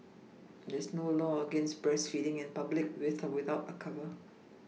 there is no law against breastfeeding in public with or without a cover